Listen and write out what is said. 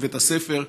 בבית הספר,